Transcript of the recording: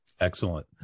Excellent